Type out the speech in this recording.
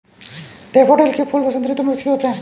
daffodil के फूल वसंत ऋतु में विकसित होते हैं